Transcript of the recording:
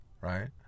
right